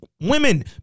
women